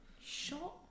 shot